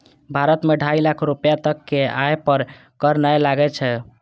भारत मे ढाइ लाख रुपैया तक के आय पर कर नै लागै छै